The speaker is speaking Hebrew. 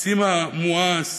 סימה מואס,